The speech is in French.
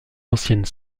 ancienne